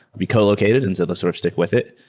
be collocated and so they'll sort of stick with it.